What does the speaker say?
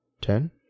ten